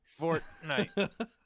Fortnite